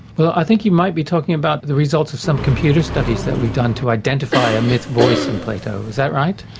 but i think you might be talking about the results of some computer studies that we've done to identify a myth voice in plato, is that right?